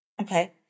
Okay